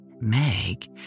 Meg